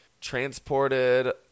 transported